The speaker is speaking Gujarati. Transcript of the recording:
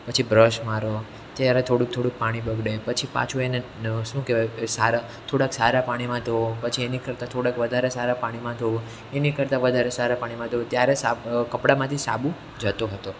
પછી બ્રશ મારવા ત્યારે થોડું થોડું પાણી બગડે પછી પાછું એને શું કહેવાય સારા થોડાક સારા પાણીમાં ધોવો પછી એની કરતાં થોડાક વધારે સારા પાણીમાં ધોવો એની કરતાં વધારે સારા પાણીમાં ધોવો ત્યારે સાફ કપડામાંથી સાબુ જતો હતો